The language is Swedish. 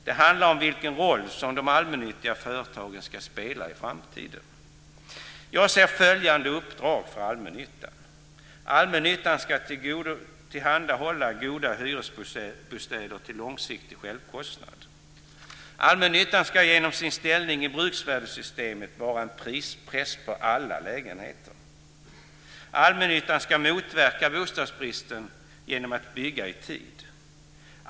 Det handlar om vilken roll de allmännyttiga bostadsföretagen ska spela i framtiden. Jag ser följande uppdrag för allmännyttan: · Allmännyttan ska genom sin ställning i bruksvärdessystemet vara en prispress på alla hyresbostäder. · Allmännyttan ska motverka bostadsbristen genom att bygga i tid.